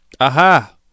Aha